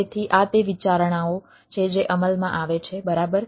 તેથી આ તે વિચારણાઓ છે જે અમલમાં આવે છે બરાબર